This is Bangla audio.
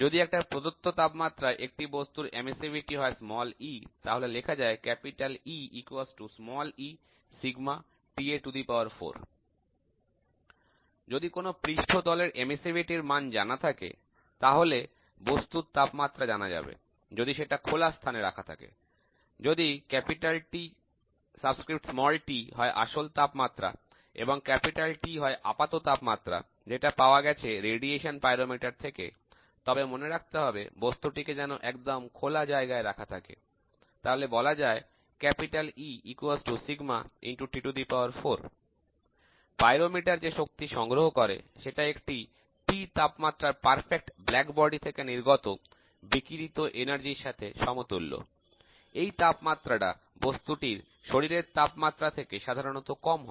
যদি একটি প্রদত্ত তাপমাত্রায় একটি বস্তুর এমিসিভিটি হয় e তাহলে লেখা যায় যদি কোন পৃষ্ঠতলের এমিসিভিটি র মান জানা থাকে তাহলে বস্তুর তাপমাত্রা জানা যাবে যদি সেটা খোলা স্থানে রাখা থাকে যদি Tt হয় আসল তাপমাত্রা এবং T হয় আপাত তাপমাত্রা যেটা পাওয়া গেছে রেডিয়েশন পাইরোমিটার থেকে তবে মনে রাখতে হবে বস্তুটিকে যেন একদম খোলা জায়গায় রাখা থাকে তাহলে বলা যায় পাইরোমিটার যে শক্তি সংগ্রহ করে সেটা একটি T তাপমাত্রার নিখুঁত কালো শরীর থেকে নির্গত শক্তির সাথে সমতুল্য এই তাপমাত্রা টা বস্তুটির শরীরের তাপমাত্রা থেকে সাধারণত কম হয়